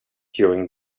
during